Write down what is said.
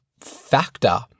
factor